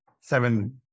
seven